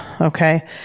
Okay